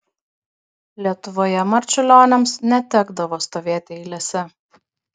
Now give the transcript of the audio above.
lietuvoje marčiulioniams netekdavo stovėti eilėse